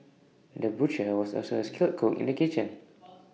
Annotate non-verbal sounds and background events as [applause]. the butcher was also A skilled cook in the kitchen [noise]